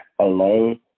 alone